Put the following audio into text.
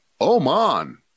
Oman